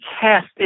cast